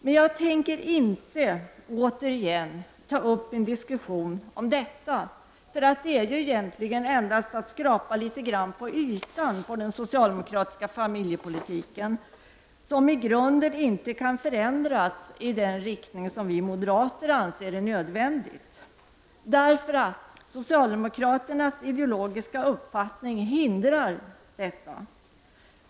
Men jag tänker inte återigen ta upp en diskussion om detta, eftersom det egentligen innebär att man endast skrapar litet grand på ytan på den socialdemokratiska familjepolitiken, som i grunden inte kan förändras i den riktning som vi moderater anser är nödvändigt. Socialdemokraternas ideologiska uppfattning hindrar nämligen detta.